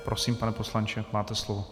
Prosím, pane poslanče, máte slovo.